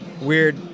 weird